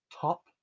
top